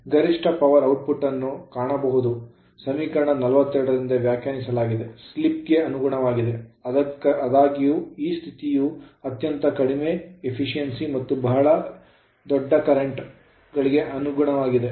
ಗರಿಷ್ಠ power output ಅನ್ನು ಕಾಣಬಹುದು ಸಮೀಕರಣ 42 ರಿಂದ ವ್ಯಾಖ್ಯಾನಿಸಲಾದ ಸ್ಲಿಪ್ ಗೆ ಅನುಗುಣವಾಗಿದೆ ಆದಾಗ್ಯೂ ಈ ಸ್ಥಿತಿಯು ಅತ್ಯಂತ ಕಡಿಮೆ efficiency ದಕ್ಷತೆ ಮತ್ತು ಬಹಳ large current ದೊಡ್ಡ ವಿದ್ಯುತ್ ಕರೆಂಟ್ ಗಳಿಗೆ ಅನುಗುಣವಾಗಿದೆ